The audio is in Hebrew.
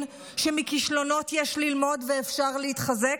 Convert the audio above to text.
שמכישלונות יש ללמוד ואפשר להתחזק,